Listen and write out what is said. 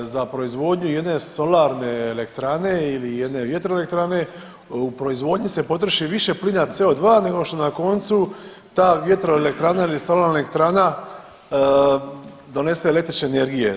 Za proizvodnju jedne solarne elektrane ili jedne vjetroelektrane u proizvodnji se potroši više plina CO2 nego što na koncu ta vjetroelektrana ili solarna elektrana donese električne energije.